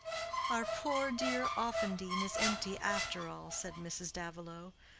our poor dear offendene is empty after all, said mrs. davilow.